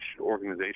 organization